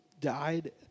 died